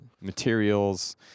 Materials